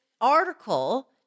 article